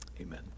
Amen